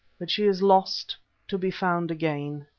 but she is lost to be found again.